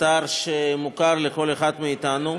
אתר שמוכר לכל אחד מאתנו.